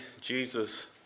Jesus